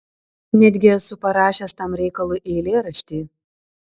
netgi esu parašęs tam reikalui eilėraštį